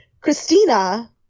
Christina